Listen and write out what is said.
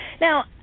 Now